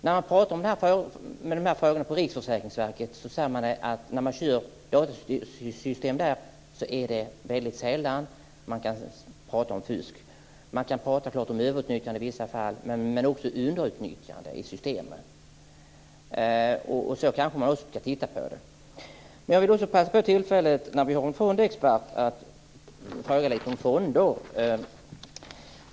När jag pratar om de här frågorna på Riksförsäkringsverket säger man att när man kör datasystem där är det väldigt sällan man kan prata om fusk. Man kan prata om överutnyttjande i vissa fall, men också om underutnyttjande, i systemen. Så kanske man också kan se på det. Jag vill också ta tillfället i akt när vi har att göra med en fondexpert att fråga lite om fonder.